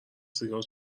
سیگار